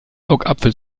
augapfel